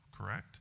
correct